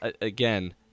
Again